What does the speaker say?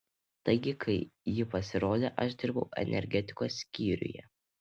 taigi kai ji pasirodė aš dirbau energetikos skyriuje